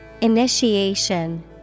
Initiation